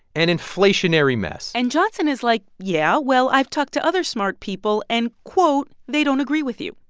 and inflationary mess. and johnson is like, yeah, well, i've talked to other smart people, and, quote, they don't agree with you.